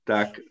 Tak